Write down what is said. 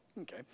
okay